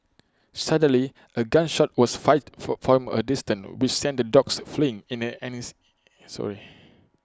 suddenly A gun shot was fired for from A distance which sent the dogs fleeing in an sorry